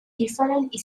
different